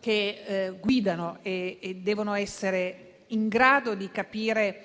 che guidano e devono essere in grado di capire